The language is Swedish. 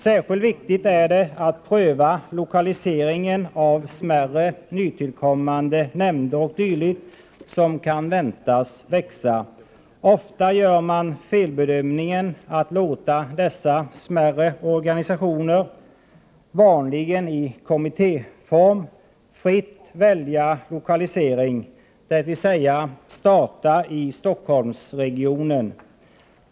Särskilt viktigt är det att pröva lokaliseringen av smärre nytillkommande nämnder o. d. som kan väntas växa. Ofta gör man felbedömningen att låta dessa smärre organisationer — vanligen i kommittéform — fritt välja lokalisering, dvs. starta i Stockholmsregionen.